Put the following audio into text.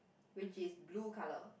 which is blue colour